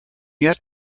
yet